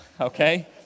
okay